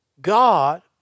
God